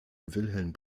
wilhelm